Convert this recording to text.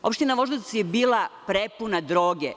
Opština Voždovac je bila prepuna droge.